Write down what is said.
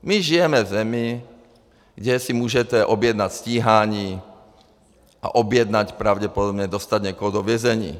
My žijeme v zemi, kde si můžete objednat stíhání a objednat pravděpodobně, dostat někoho do vězení.